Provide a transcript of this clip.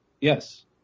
Yes